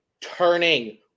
turning